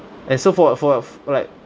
and so for for for like